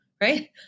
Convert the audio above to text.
right